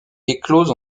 éclosent